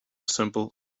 symbol